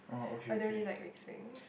rather me like mixing